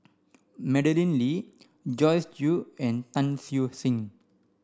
Madeleine Lee Joyce Jue and Tan Siew Sin